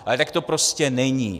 Ale tak to prostě není.